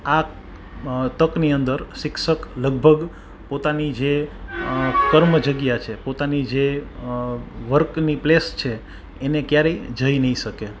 આ તકની અંદર શિક્ષક લગભગ પોતાની જે કર્મ જગ્યા છે પોતાની જે વર્કની પ્લેસ છે એને ક્યારેય જઈ નઈ શકે